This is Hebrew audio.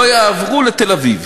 לא יעברו לתל-אביב.